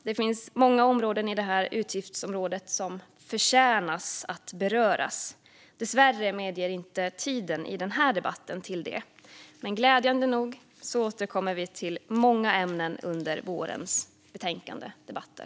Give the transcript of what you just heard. Det finns många områden i det här utgiftsområdet som förtjänar att beröras, men dessvärre medger inte tiden i debatten det nu. Glädjande nog återkommer vi till många ämnen under vårens betänkandedebatter.